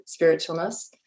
spiritualness